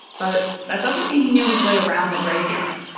but that doesn't mean he knew his way around the graveyard.